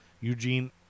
Eugene